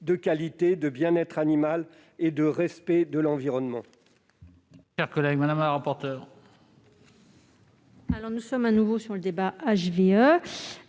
de qualité, de bien-être animal et de respect de l'environnement.